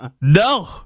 No